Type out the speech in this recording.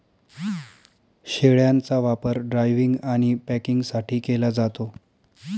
शेळ्यांचा वापर ड्रायव्हिंग आणि पॅकिंगसाठी केला जातो